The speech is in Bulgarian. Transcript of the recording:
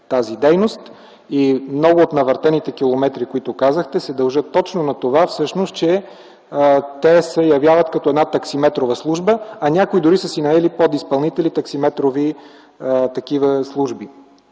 тази дейност. Много от навъртените километри, за които казахте, се дължат точно на това, че те се явяват като една таксиметрова служба, а някои дори са си наели подизпълнители – таксиметрови служби.